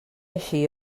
així